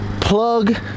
plug